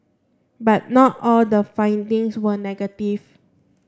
but not all the findings were negative